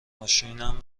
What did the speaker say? ماشینم